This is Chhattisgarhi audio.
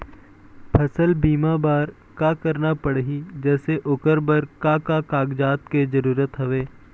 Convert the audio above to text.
फसल बीमा बार का करना पड़ही जैसे ओकर बर का का कागजात के जरूरत हवे?